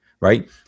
right